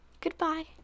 Goodbye